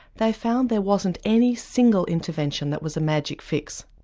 they found there wasn't any single intervention that was a magic fix.